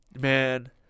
Man